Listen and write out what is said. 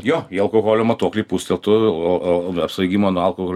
jo į alkoholio matuoklį pūsteltų o o apsvaigimo nuo alkoholio